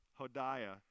Hodiah